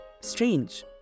Strange